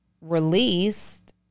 released